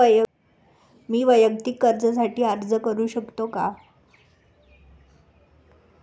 मी वैयक्तिक कर्जासाठी अर्ज करू शकतो का?